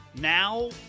Now